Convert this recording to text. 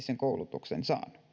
sen koulutuksen saanut